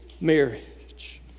marriage